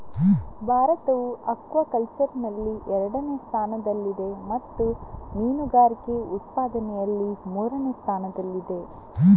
ಭಾರತವು ಅಕ್ವಾಕಲ್ಚರಿನಲ್ಲಿ ಎರಡನೇ ಸ್ಥಾನದಲ್ಲಿದೆ ಮತ್ತು ಮೀನುಗಾರಿಕೆ ಉತ್ಪಾದನೆಯಲ್ಲಿ ಮೂರನೇ ಸ್ಥಾನದಲ್ಲಿದೆ